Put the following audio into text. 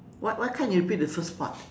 what why can't you repeat the first part